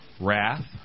wrath